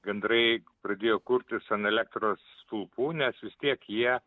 gandrai pradėjo kurtis an elektros stulpų nes vis tiek jie